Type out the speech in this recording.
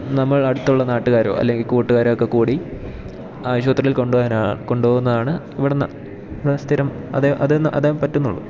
നമ്മൾ അടുത്തുള്ള നാട്ടുകാരോ അല്ലെങ്കിൽ കൂട്ടുകാരോ ഒക്കെ കൂടി ആശുപത്രിയിൽ കൊണ്ടുപോകുന്നതാണ് ഇവിടുന്ന് ആ സ്ഥിരം അതേ പറ്റുന്നുള്ളൂ